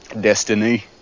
destiny